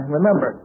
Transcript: Remember